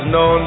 no